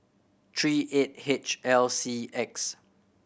three eight H L C X